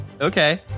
Okay